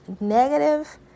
Negative